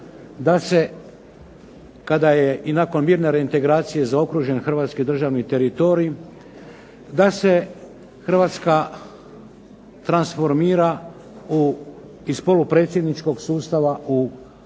da se kada je i nakon mirne reintegracije zaokružen hrvatski državni teritorij, da se Hrvatska transformira u iz polupredsjedničkog sustava u